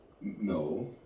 No